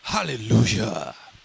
Hallelujah